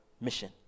mission